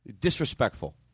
Disrespectful